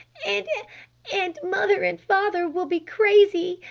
and and mother and father will be crazy.